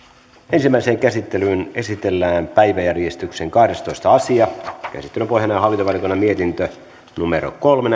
ensimmäiseen käsittelyyn esitellään päiväjärjestyksen kahdestoista asia käsittelyn pohjana on hallintovaliokunnan mietintö kolme